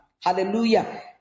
Hallelujah